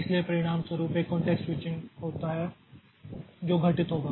इसलिए परिणामस्वरूप एक कॉंटेक्स्ट स्विचिंग होता है जो घटित होगा